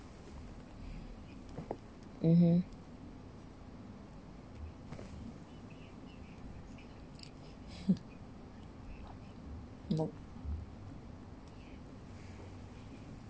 mmhmm nope